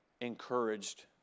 encouraged